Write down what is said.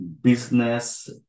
business